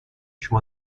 شما